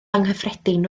anghyffredin